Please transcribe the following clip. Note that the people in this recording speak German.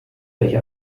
welche